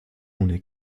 ohne